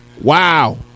Wow